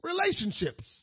relationships